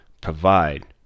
provide